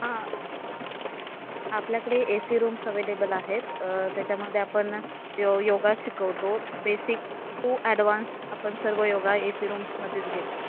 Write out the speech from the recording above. हां आपल्याकडे A C rooms available आहेत त्याच्यामध्ये आपण यो योगा शिकवतो बेसिक टू ॲडव्हान्स आपण सर्व योगा ए सी रूम्समध्येच घेतो